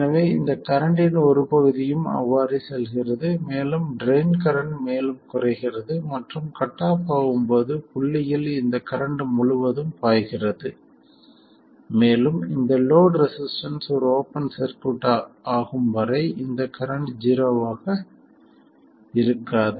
எனவே இந்த கரண்ட்டின் ஒரு பகுதியும் அவ்வாறே செல்கிறது மேலும் ட்ரைன் கரண்ட் மேலும் குறைகிறது மற்றும் கட் ஆ ஃப் ஆகும் போது புள்ளியில் இந்த கரண்ட் முழுவதும் பாய்கிறது மேலும் இந்த லோட் ரெசிஸ்டன்ஸ் ஒரு ஓப்பன் சர்க்யூட் ஆகும் வரை அந்த கரண்ட் ஜீரோவாக இருக்காது